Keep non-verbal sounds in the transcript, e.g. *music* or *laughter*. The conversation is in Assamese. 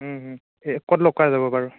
*unintelligible* ক'ত লগ কৰা যাব বাৰু